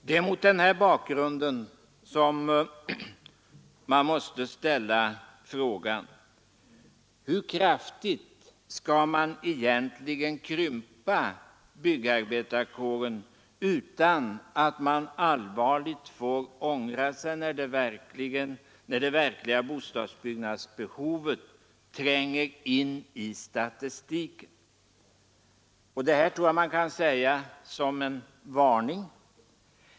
Det är mot denna bakgrund som man måste ställa frågan: Hur mycket skall man egentligen krympa byggarbetarkåren utan att man allvarligt får ångra sig när det verkliga bostadsbyggnadsbehovet tränger in i statistiken? Jag tror att man kan säga detta som en varning.